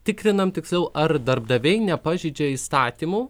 tikrinam tiksliau ar darbdaviai nepažeidžia įstatymų